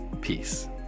peace